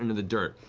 and the dirt.